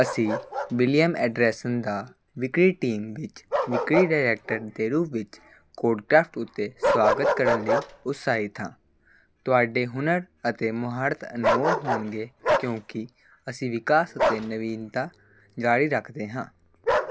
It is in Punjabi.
ਅਸੀਂ ਵਿਲੀਅਮ ਐਂਡਰਸਨ ਦਾ ਵਿਕਰੀ ਟੀਮ ਵਿੱਚ ਵਿਕਰੀ ਡਾਇਰੈਕਟਰ ਦੇ ਰੂਪ ਵਿੱਚ ਕੋਡਕ੍ਰਾਫਟ ਉੱਤੇ ਸੁਆਗਤ ਕਰਨ ਲਈ ਉਤਸ਼ਾਹਿਤ ਹਾਂ ਤੁਹਾਡੇ ਹੁਨਰ ਅਤੇ ਮੁਹਾਰਤ ਅਨਮੋਲ ਹੋਣਗੇ ਕਿਉਂਕਿ ਅਸੀਂ ਵਿਕਾਸ ਅਤੇ ਨਵੀਨਤਾ ਜ਼ਾਰੀ ਰੱਖਦੇ ਹਾਂ